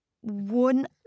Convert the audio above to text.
one